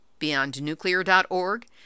beyondnuclear.org